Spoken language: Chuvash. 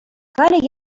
халӗ